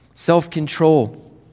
Self-control